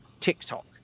TikTok